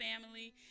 family